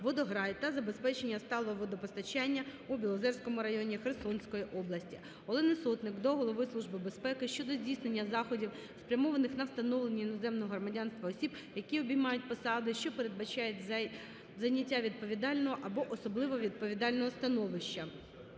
"Водограй" та забезпечення сталого водопостачання у Білозерському районі Херсонської області. Олени Сотник до Голови Служби безпеки України щодо здійснення заходів, спрямованих на встановлення іноземного громадянства осіб, які обіймають посади, що передбачають зайняття відповідального або особливо відповідального становища.